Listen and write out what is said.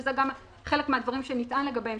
וזה גם חלק מהדברים שנטען לגביהם,